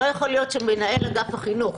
לא יכול להיות שמנהל אגף החינוך,